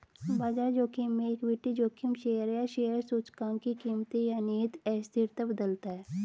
बाजार जोखिम में इक्विटी जोखिम शेयर या शेयर सूचकांक की कीमतें या निहित अस्थिरता बदलता है